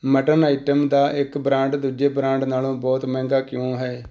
mutton item ਦਾ ਇੱਕ brand ਦੂਜੇ ਬ੍ਰਾਂਡ ਨਾਲੋਂ ਬਹੁਤ ਮਹਿੰਗਾ ਕਿਉਂ ਹੈ